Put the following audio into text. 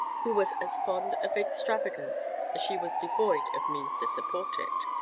who was as fond of extravagance as she was devoid of means to support it.